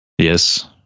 Yes